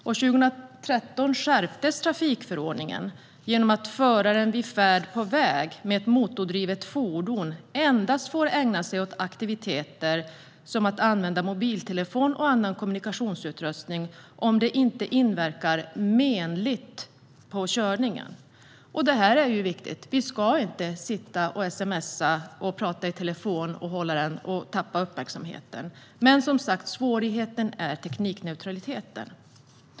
År 2013 skärptes trafikförordningen genom att föraren vid färd på väg med ett motordrivet fordon endast får ägna sig åt aktiviteter som att använda mobiltelefon och annan kommunikationsutrustning om det inte inverkar menligt på körningen. Det är viktigt. Vi ska inte sitta och sms:a, prata i telefon och tappa uppmärksamheten. Svårigheten är teknikneutraliteten.